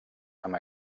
amb